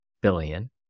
billion